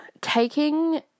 taking